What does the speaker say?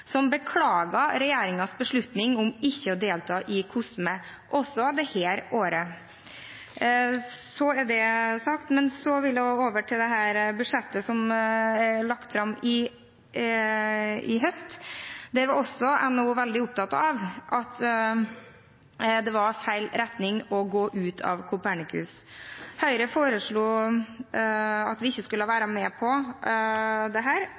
beslutning om ikke å delta i COSME også dette året. Så over til det budsjettet som er lagt fram i høst. NHO var også veldig opptatt av at det var å gå i feil retning å gå ut av Copernicus. Høyre foreslo at vi ikke skulle være med på dette, og det